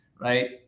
right